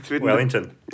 Wellington